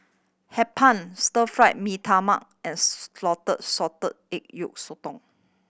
Hee Pan Stir Fried Mee Tai Mak and salted egg yolk sotong